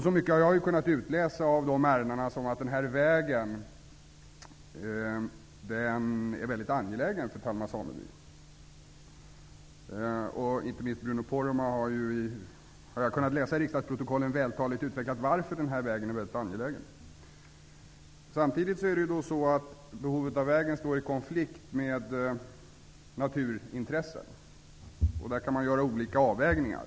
Av detta har jag kunna utläsa att den här vägen är mycket angelägen för Talma sameby. Av riksdagsprotokollen har jag kunnat utläsa att inte minst Bruno Poromaa vältaligt utvecklat skälen till varför denna väg är så angelägen. Samtidigt står behovet av denna väg i konflikt med naturintressen, och det kan göras olika avvägningar.